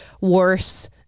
worse